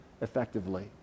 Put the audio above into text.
effectively